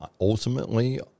Ultimately